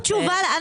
אוקיי,